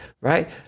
right